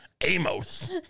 Amos